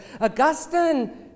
Augustine